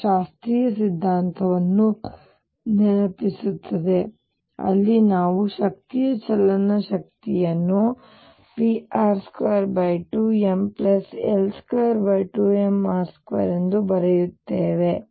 ಇದು ಶಾಸ್ತ್ರೀಯ ಸಿದ್ಧಾಂತವನ್ನು ನೆನಪಿಸುತ್ತದೆ ಅಲ್ಲಿ ನಾವು ಶಕ್ತಿಯ ಚಲನ ಶಕ್ತಿಯನ್ನು pr22ml22mr2 ಎಂದು ಬರೆಯುತ್ತೇವೆ